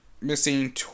missing